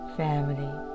family